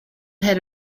had